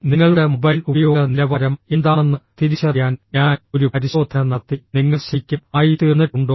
നിങ്ങളുടെ മൊബൈൽ ഉപയോഗ നിലവാരം എന്താണെന്ന് തിരിച്ചറിയാൻ ഞാൻ ഒരു പരിശോധന നടത്തി നിങ്ങൾ ശരിക്കും ആയിത്തീർന്നിട്ടുണ്ടോ